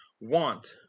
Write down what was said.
want